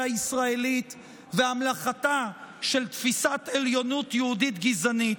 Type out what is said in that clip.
הישראלית והמלכתה של תפיסת עליונות יהודית גזענית.